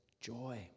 joy